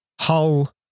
Hull